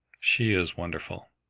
she is wonderful,